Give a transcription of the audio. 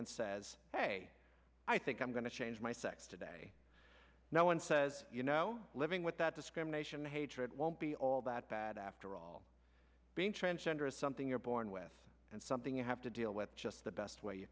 and says hey i think i'm going to change my sex today no one says you know living with that discrimination hatred won't be all that bad after all being transgender is something you're born with and something you have to deal with just the best way you